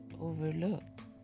overlooked